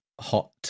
hot